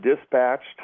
dispatched